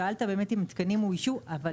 שאלת אם תקנים אוישו, אבל